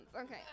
Okay